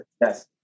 Yes